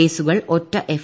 കേസുകൾ ഒറ്റ എഫ്